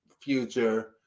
future